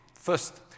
First